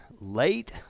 late